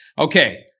Okay